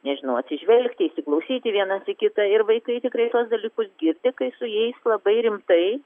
nežinau atsižvelgti įsiklausyti vienas į kitą ir vaikai tikrai tuos dalykus girdi kai su jais labai rimtai